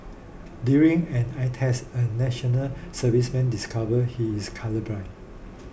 during an eye test a National Serviceman discover he is colourblind